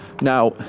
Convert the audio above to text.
now